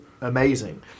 amazing